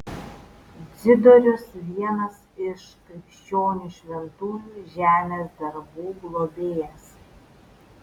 dzidorius vienas iš krikščionių šventųjų žemės darbų globėjas